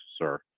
sir